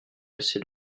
assez